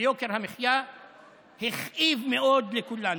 ויוקר המחיה הכאיב מאוד לכולנו.